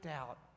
out